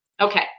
okay